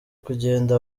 kugenda